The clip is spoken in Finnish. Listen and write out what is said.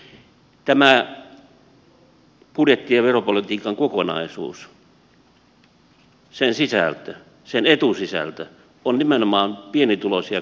tämä budjetti ja veropolitiikan kokonaisuus sen sisältö sen etusisältö on nimenomaan pienituloisia kuristava